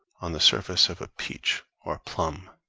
on the surface of a peach or a plum.